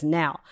now